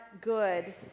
good